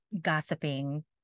gossiping